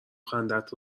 خندت